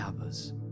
others